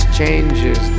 changes